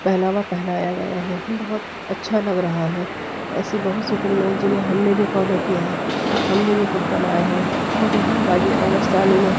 پہناوا پہنایا غیا ہے بہت اچھا لگ رہا ہے ایسی بہت سی فلمیں ہیں جنہیں ہم نے بھی فالو کیا ہے ہم نے بھی خود بنائے ہیں باجی راؤ مستانی میں